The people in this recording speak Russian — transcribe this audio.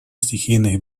стихийных